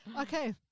Okay